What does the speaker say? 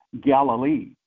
Galilee